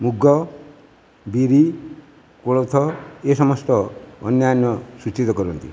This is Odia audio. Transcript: ମୁଗ ବିରି କୋଳଥ ଏ ସମସ୍ତ ଅନ୍ୟାନ୍ୟ ସୂଚିତ କରନ୍ତି